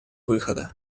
выхода